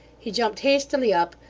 he jumped hastily up,